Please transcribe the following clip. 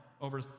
over